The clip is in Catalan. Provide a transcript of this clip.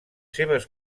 seves